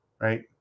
Right